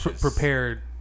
prepared